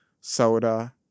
soda